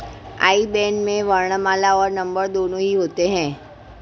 आई ban में वर्णमाला और नंबर दोनों ही होते हैं